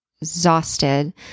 exhausted